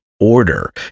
order